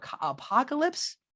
apocalypse